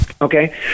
Okay